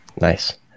Nice